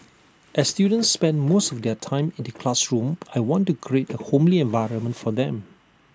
as students spend most of their time in the classroom I want to create A homely environment for them